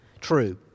true